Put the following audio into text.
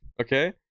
okay